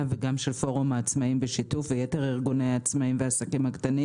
ארגוני העצמאים וגם של פורום העצמאים וארגוני עסקים קטנים